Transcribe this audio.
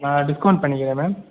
நான் டிஸ்கவுண்ட் பண்ணிக்கிறன் மேம்